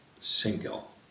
single